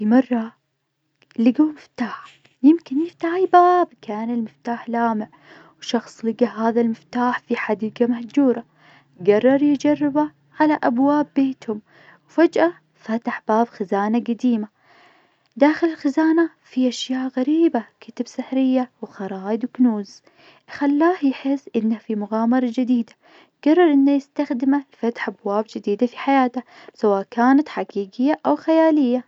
في مرة لقوا مفتاح يمكن يفتح الباب كان المفتاح لامع، وشخص لقى هذا المفتاح في حديقة مهجورة، قرر يجربه على أبواب بيتهم، وفجأة فتح باب خزانة قديمة داخل الخزانة في أشياء غريبة كتب سحرية وخرايط وكنوز. خلاه يحس إنه في مغامرة جديدة قرر إنه يستخدمه في فتح أبواب جديدة في حياته سواء كانت حقيقية أو خيالية.